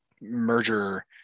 merger